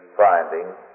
findings